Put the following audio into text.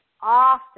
often